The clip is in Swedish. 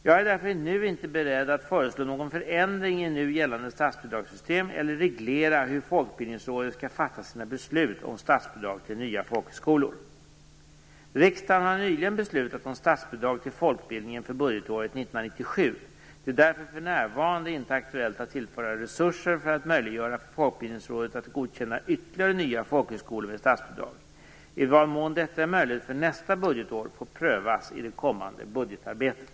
Jag är därför inte beredd att föreslå någon förändring i nu gällande statsbidragssystem eller att reglera hur Folkbildningsrådet skall fatta sina beslut om statsbidrag till nya folkhögskolor. Riksdagen har nyligen beslutat om statsbidrag till folkbildningen för budgetåret 1997. Det är därför för närvarande inte aktuellt att tillföra resurser för att möjliggöra för Folkbildningsrådet att godkänna ytterligare nya folkhögskolor med statsbidrag. I vad mån detta är möjligt för nästa budgetår, får prövas i det kommande budgetarbetet.